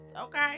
Okay